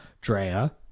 Drea